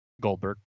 Goldberg